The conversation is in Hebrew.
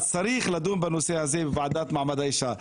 אז צריך לדון בנושא הזה בוועדה למעמד האישה.